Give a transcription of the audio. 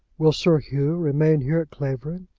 will sir hugh remain here at clavering?